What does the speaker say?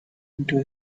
into